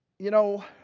you know,